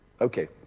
Okay